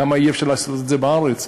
למה אי-אפשר לעשות את זה בארץ?